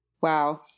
Wow